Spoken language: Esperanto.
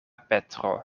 petro